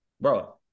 Bro